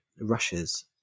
rushes